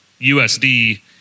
USD